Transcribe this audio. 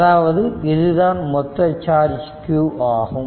அதாவது இதுதான் மொத்த சார்ஜ் q ஆகும்